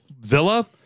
Villa